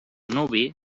nuvi